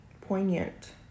poignant